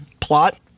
plot